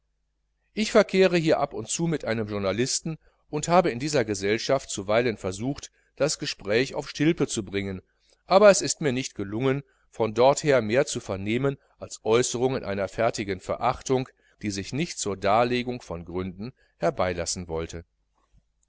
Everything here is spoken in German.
ich verkehre hier ab und zu mit journalisten und habe in dieser gesellschaft zuweilen versucht das gespräch auf stilpe zu bringen aber es ist mir nicht gelungen von dort her mehr zu vernehmen als äußerungen einer fertigen verachtung die sich nicht zur darlegung von gründen herbeilassen wollte